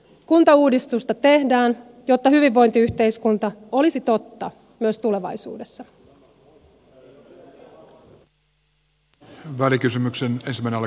kuntauudistusta tehdään jotta hyvinvointiyhteiskunta olisi totta myös tulevaisuudessa